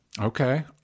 Okay